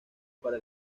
para